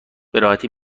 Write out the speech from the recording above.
براحتی